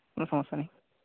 কোনো সমস্যা নেই